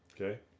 Okay